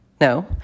No